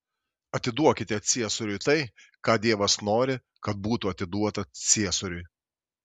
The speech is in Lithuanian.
atiduokite ciesoriui tai ką dievas nori kad būtų atiduota ciesoriui